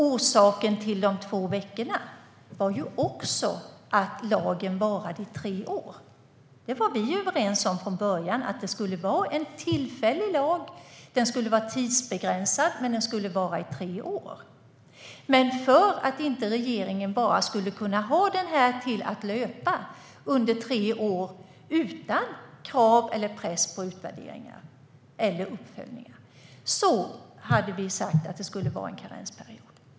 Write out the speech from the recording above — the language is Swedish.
Orsaken till de två veckorna var också att lagen varar i tre år. Vi var överens från början om att det skulle vara en tillfällig lag. Den skulle vara tidsbegränsad, och den skulle vara i tre år. Men för att regeringen inte bara skulle kunna låta lagen gälla löpande under tre år utan krav eller press på utvärderingar sa vi att det skulle vara en karensperiod.